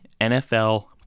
NFL